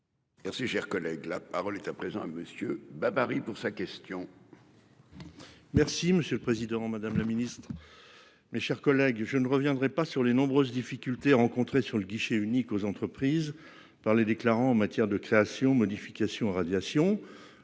Merci, cher collègue, la parole est à présent Monsieur babary pour sa question. Merci, monsieur le Président Madame le Ministre. Mes chers collègues je ne reviendrai pas sur les nombreuses difficultés rencontrées sur le guichet unique aux entreprises par les déclarants en matière de création modification radiations.